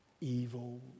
evil